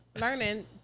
learning